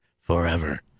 forever